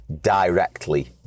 directly